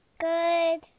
Good